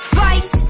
fight